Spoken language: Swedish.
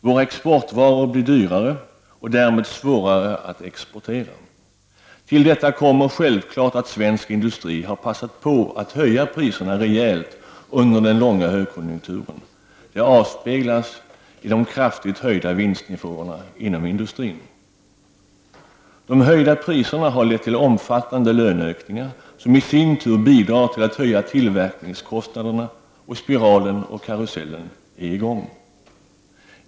Våra exportvaror blir dyrare och därmed svårare att exportera. Till detta kommer självfallet att svensk industri har passat på att höja priserna rejält under den långa högkonjunkturen. Det avspeglas i de kraftigt höjda vinstnivåerna inom industrin. De höjda priserna har lett till omfattande löneökningar, som i sin tur bidrar till att höja tillverkningskostnaderna. Karusellen är därmed i gång.